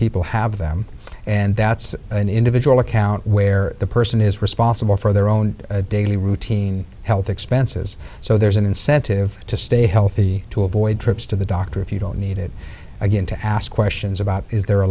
people have them and that's an individual account where the person is responsible for their own daily routine health expenses so there's an incentive to stay healthy to avoid trips to the doctor if you don't need it again to ask questions about is there a